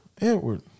Edward